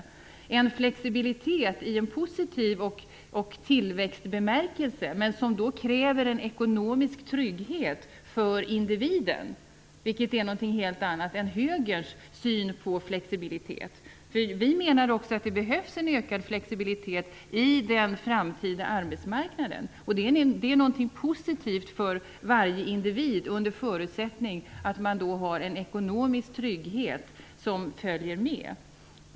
Det är en flexibilitet i en positiv och tillväxtbetingad bemärkelse, men som kräver en ekonomisk trygghet för individen, vilket är någonting helt annat än högerns syn på flexibilitet. Vi menar också att det behövs en ökad flexibilitet i den framtida arbetsmarknaden. Det är någonting positivt för varje individ, under förutsättning att en ekonomisk trygghet följer med.